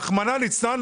רחמנא ליצלן,